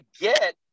get